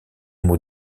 maux